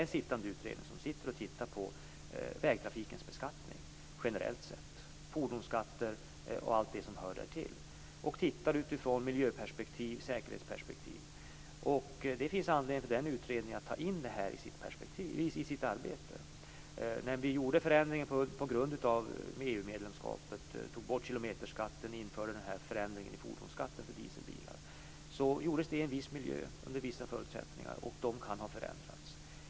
En sittande utredning tittar på vägtrafikens beskattning generellt sett, på fordonsskatter och allt det som hör därtill. De tittar på det utifrån miljöperspektiv och säkerhetsperspektiv. Det finns anledning för den utredningen att ta in detta i sitt arbete. När vi gjorde förändringen på grund av EU medlemskapet och tog bort kilometerskatten och införde förändringen i fordonsskatten för dieselbilar gjordes det i en viss miljö under vissa förutsättningar, och de förutsättningarna kan ha förändrats.